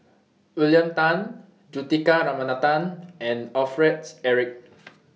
William Tan Juthika Ramanathan and Alfred Eric